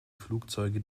flugzeuge